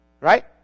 Right